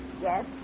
Yes